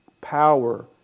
power